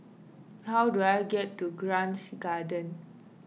how do I get to Grange Garden